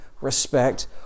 respect